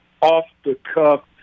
off-the-cuff